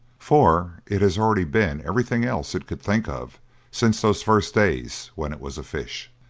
for it has already been everything else it could think of since those first days when it was a fish.